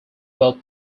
both